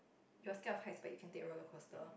you are scared of heights but you can take roller coaster